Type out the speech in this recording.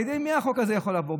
על ידי מי החוק הזה יכול לעבור?